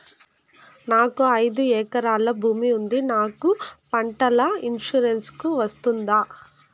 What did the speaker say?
నాకు ఐదు ఎకరాల భూమి ఉంది నాకు పంటల ఇన్సూరెన్సుకు వస్తుందా?